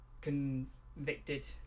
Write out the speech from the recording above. convicted